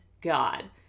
God